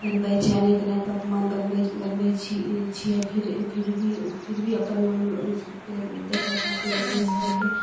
बनबय छै अनेक अनेक पकवान बनबय बनबय छी छियै फिर फिर भी फिर भी अपन मोनके देखे खातिर रेसिपीके